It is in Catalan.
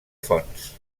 fonts